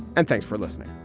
and thanks for listening